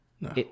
No